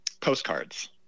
postcards